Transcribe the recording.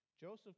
Joseph